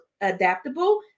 adaptable